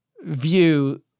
view